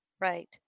Right